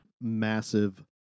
massive